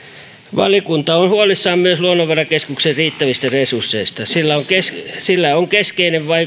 valiokunta on huolissaan myös luonnonvarakeskuksen riittävistä resursseista sillä on keskeinen